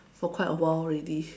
for quite a while already